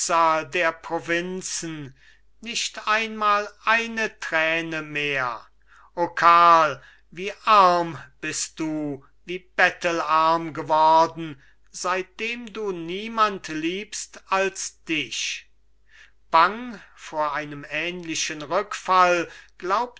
der provinzen nicht einmal eine träne mehr o karl wie arm bist du wie bettelarm geworden seitdem du niemand liebst als dich